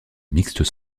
mixtes